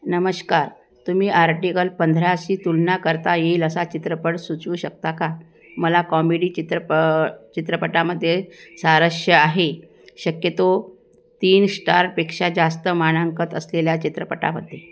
नमस्कार तुम्ही आर्टिकल पंधराशी तुलना करता येईल असा चित्रपट सुचवू शकता का मला कॉमेडी चित्रप चित्रपटामध्ये सारस्य आहे शक्यतो तीन श्टारपेक्षा जास्त मानांकन असलेल्या चित्रपटामध्ये